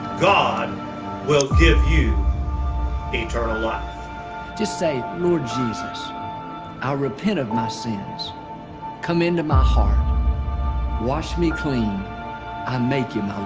god will give you eternal life just say lord jesus i repent of my sins come into my heart wash me clean i make you